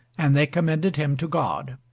and they commended him to god.